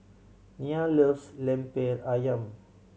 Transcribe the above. Nia loves Lemper Ayam